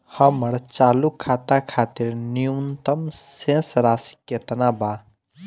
हमर चालू खाता खातिर न्यूनतम शेष राशि केतना बा?